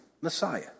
Messiah